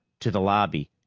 to the lobby,